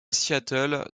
seattle